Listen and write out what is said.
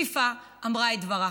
פיפ"א אמרה את דברה.